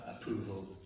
approval